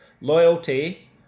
loyalty